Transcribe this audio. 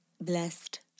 blessed